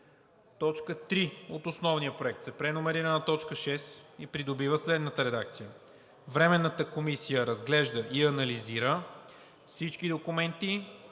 Точка 3 от основния проект се преномерира на т. 6 и придобива следната редакция: „Временната комисия разглежда и анализира всички документи,